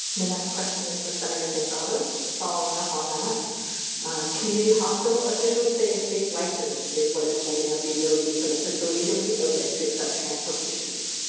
the next question is for senator gonzales following up on that community hospital officials say a state license is what is holding up the ability for the facility to reopen to accept transfer patients,